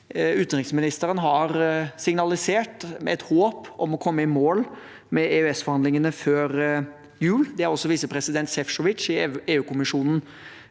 Utenriksministeren har signalisert et håp om å komme i mål med EØS-forhandlingene før jul. Det har også visepresident Šef?ovi? i EU-kommisjonen